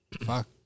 Fuck